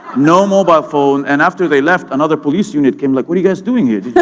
no mobile phone, and after they left, another police unit came like, what are you guys doing here? yeah